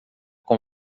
com